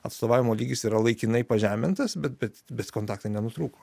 atstovavimo lygis yra laikinai pažemintas bet bet bet kontaktai nenutrūko